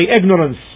ignorance